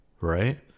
right